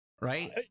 Right